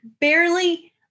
barely